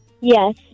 Yes